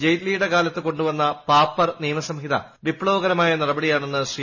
ജെയ്റ്റ്ലിയുടെ കാലത്ത് കൊണ്ടുവന്ന പാപ്പർ നിയമസംഹിത വിപ്ലവകരമായ നടപടിയാണെന്ന് ശ്രീ